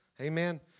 Amen